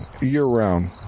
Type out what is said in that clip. year-round